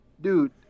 dude